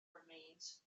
remains